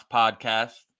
podcast